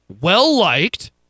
Well-liked